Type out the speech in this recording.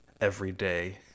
everyday